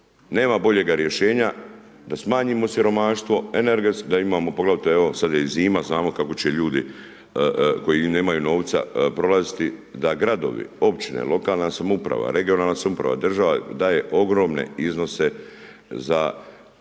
nema boljega rješenja da smanjimo siromaštvo, energetsko, da imamo, poglavito evo sad je i zima, znamo kako će ljudi koji nemaju novca prolaziti da gradovi, općine, lokalna samouprava, regionalna samouprava, država daje ogromne iznose za subvenciju